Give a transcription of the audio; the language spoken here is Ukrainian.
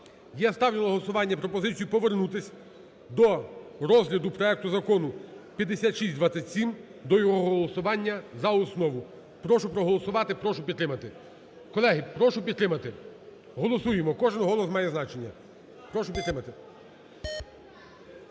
Я ставлю на голосування пропозицію повернутися до розгляду проекту Закону 5627 до його голосування за основу, прошу проголосувати, прошу підтримати. Колеги, прошу підтримати. Голосуємо. Кожен голос має значення. Прошу підтримати.